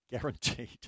guaranteed